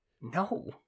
No